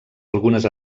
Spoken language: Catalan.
algunes